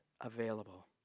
available